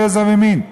גזע ומין,